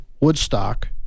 Woodstock